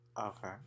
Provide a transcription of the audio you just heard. Okay